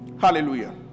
Hallelujah